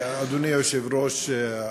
אדוני היושב-ראש,